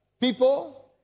people